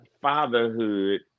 fatherhood